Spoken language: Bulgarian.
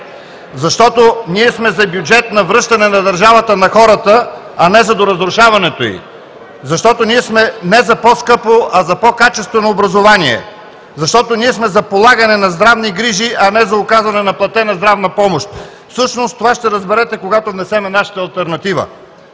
Защото ние сме за бюджет на връщане на държавата на хората, а не за доразрушаването ѝ. Защото ние сме не за по-скъпо, а за по-качествено образование. Защото ние сме за полагане на здравни грижи, а не за оказана неплатена здравна помощ. Всъщност това ще разберете, когато внесем нашата алтернатива.